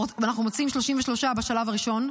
אנחנו מוציאים 33 בשלב הראשון,